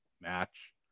match